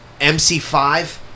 MC5